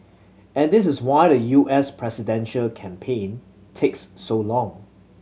and this is why the U S presidential campaign takes so long